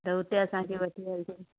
त हुते असांखे वठी हलिजो